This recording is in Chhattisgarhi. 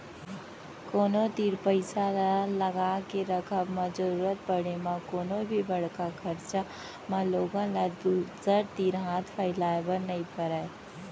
कोनो तीर पइसा ल लगाके रखब म जरुरत पड़े म कोनो भी बड़का खरचा म लोगन ल दूसर तीर हाथ फैलाए बर नइ परय